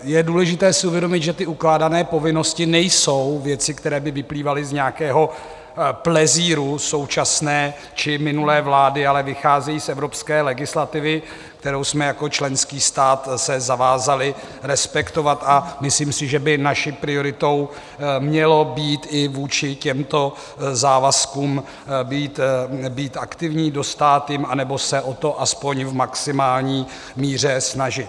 Je důležité si uvědomit, že ukládané povinnosti nejsou věci, které by vyplývaly z nějakého plezíru současné či minulé vlády, ale vycházejí z evropské legislativy, kterou jsme se jako členský stát zavázali respektovat, a myslím si, že by naší prioritou mělo být i vůči těmto závazkům být aktivní, dostát jim anebo se o to aspoň v maximální míře snažit.